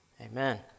amen